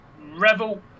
Revel